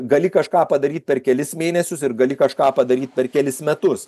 gali kažką padaryt per kelis mėnesius ir gali kažką padaryt per kelis metus